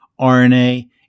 RNA